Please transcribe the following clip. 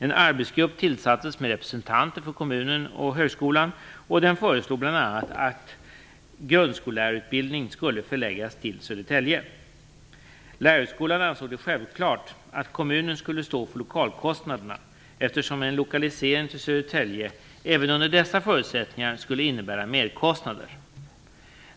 En arbetsgrupp tillsattes med representanter för kommunen och högskolan, och den föreslog bl.a. att grundskollärarutbildning skulle förläggas till Södertälje. Lärarhögskolan ansåg det självklart att kommunen skulle stå för lokalkostnaderna eftersom en lokalisering till Södertälje även under dessa förutsättningar skulle innebära merkostnader.